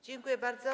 Dziękuję bardzo.